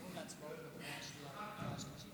משכתם?